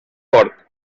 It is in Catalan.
port